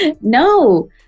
no